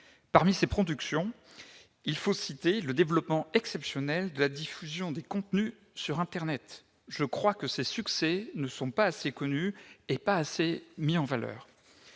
Parmi ces productions, il faut citer le développement exceptionnel de la diffusion des contenus sur internet. Je crois que ces succès ne sont pas assez connus ni assez mis en valeur.